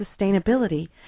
sustainability